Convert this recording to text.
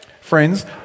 Friends